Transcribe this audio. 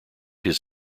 his